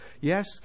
yes